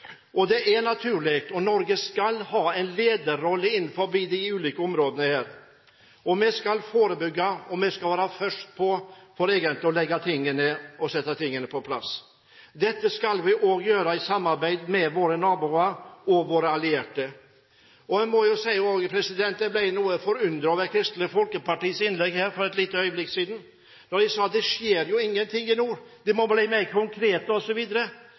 Det er naturlig, og Norge skal ha en lederrolle innenfor de ulike områdene her. Vi skal forebygge, og vi skal være først «på» for egentlig å sette tingene på plass. Dette skal vi også gjøre i samarbeid med våre naboer og våre allierte. Jeg må si jeg ble noe forundret over Kristelig Folkepartis innlegg her for et lite øyeblikk siden, da det ble sagt at det ikke skjedde noe i nord, at vi måtte være mer konkrete,